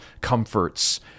comforts